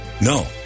No